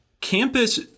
campus